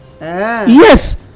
Yes